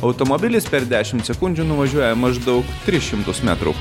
automobilis per dešimt sekundžių nuvažiuoja maždaug tris šimtus metrų